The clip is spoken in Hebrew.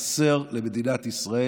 חסרים למדינת ישראל,